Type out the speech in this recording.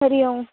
हरिः ओम्